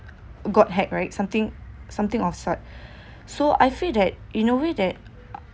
got hacked right something something outside so I feel that in a way that